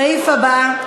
הסעיף הבא.